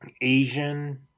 asian